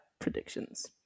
Predictions